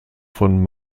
von